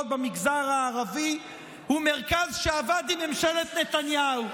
במגזר הערבי הוא מרכז שעבד עם ממשלת נתניהו.